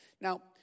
Now